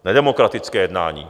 Nedemokratické jednání.